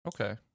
Okay